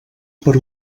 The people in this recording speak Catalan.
per